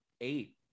eight